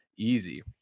easy